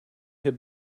have